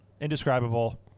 indescribable